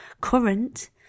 current